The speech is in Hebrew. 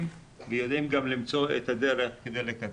וגם יודעים למצוא את הדרך כדי לקצר.